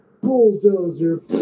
Bulldozer